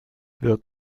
wird